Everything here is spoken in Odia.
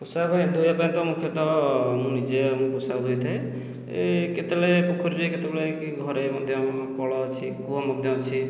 ପୋଷାକ ପାଇଁ ଧୋଇବା ପାଇଁ ତ ମୁଖ୍ୟତଃ ମୁଁ ନିଜେ ମୋ' ପୋଷାକ ଧୋଇଥାଏ ଏ କେତେବେଳେ ପୋଖରୀରେ କେତେବେଳେ କି ଘରେ ମଧ୍ୟ କଳ ଅଛି କୂଅ ମଧ୍ୟ ଅଛି